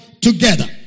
together